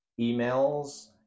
emails